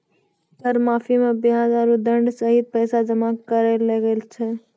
कर माफी मे बियाज आरो दंड सहित पैसा जमा करे ले लागै छै